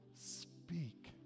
Speak